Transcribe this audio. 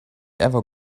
ever